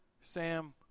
Sam